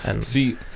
see